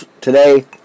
today